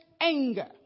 anger